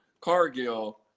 Cargill